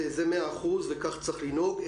מאה אחוז, וכך צריך לנהוג.